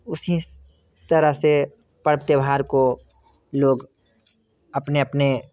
उसी तरह से पर्व त्यौहार को लोग अपने अपने